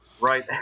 Right